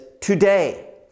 today